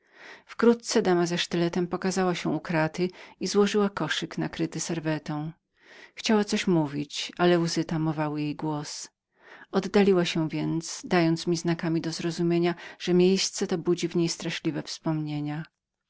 wkrótce dama ze sztyletem pokazała się u kraty i złożyła koszyk nakryty serwetą chciała coś mówić ale łzy tamowały jej głos oddaliła się więc dając mi znakami do zrozumienia że miejsce to budziło w niej straszliwe